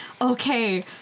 okay